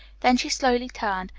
then she slowly turned,